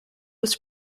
was